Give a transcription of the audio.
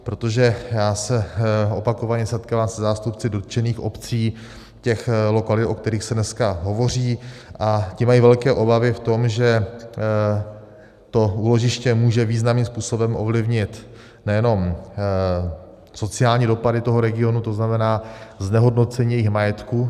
Protože já se opakovaně setkávám se zástupci dotčených obcí těch lokalit, o kterých se dneska hovoří, a ty mají velké obavy v tom, že to úložiště může významným způsobem ovlivnit nejenom sociální dopady toho regionu, tzn. znehodnocení jejich majetku.